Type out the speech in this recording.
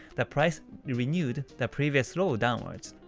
the price renewed the previous low downwards,